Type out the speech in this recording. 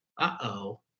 uh-oh